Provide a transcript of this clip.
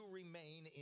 remain